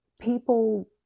people